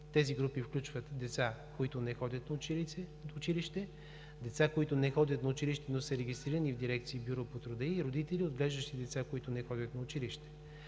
Тези групи включват деца, които не ходят на училище; деца, които не ходят на училище, но са регистрирани в Дирекция „Бюро по труда“; и родители, отглеждащи деца, които не ходят на училище.